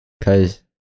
Cause